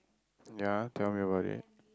ya tell me about it